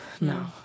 No